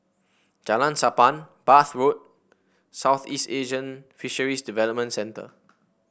Jalan Sappan Bath Road Southeast Asian Fisheries Development Centre